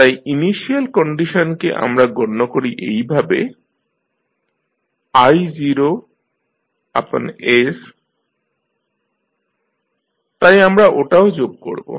তাই ইনিশিয়াল কন্ডিশনকে আমরা গণ্য করি এইভাবে is তাই আমরা ওটাও যোগ করব